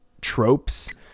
tropes